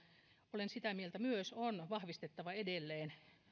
olen sitä mieltä myös että suomen ulkopoliittista profiilia on vahvistettava edelleen